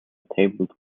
tablet